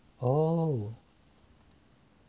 oh